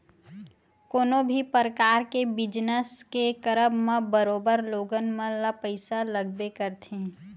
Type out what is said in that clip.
कोनो भी परकार के बिजनस के करब म बरोबर लोगन मन ल पइसा लगबे करथे